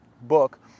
book